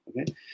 Okay